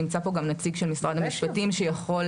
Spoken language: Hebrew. נמצא פה גם נציג של משרד המשפטים שיכול